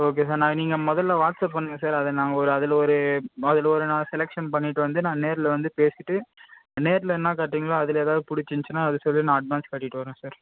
okay sir நான் நீங்கள் முதல்ல வாட்ஸ்ப் பண்ணுங்க சார் அதை நாங்கள் ஒரு அதில் ஒரு அதில் ஒரு நான் செலெக்ஷன் பண்ணிவிட்டு வந்து நான் நேரில் வந்து பேசிவிட்டு நேரில் என்ன காட்டுறீங்களோ அதில் ஏதாவது பிடிச்சிருந்துச்சின்னா அது சொல்லி நான் அட்வான்ஸ் கட்டிவிட்டு வரேன் சார்